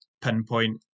Pinpoint